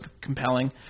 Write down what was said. compelling